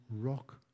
rock